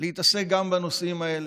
להתעסק גם בנושאים האלה,